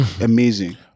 amazing